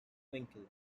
winkle